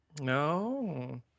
No